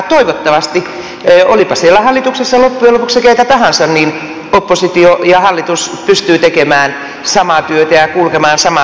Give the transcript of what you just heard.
toivottavasti olipa siellä hallituksessa loppujen lopuksi keitä tahansa oppositio ja hallitus pystyvät tekemään samaa työtä ja kulkemaan samaa latua eteenpäin